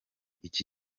iki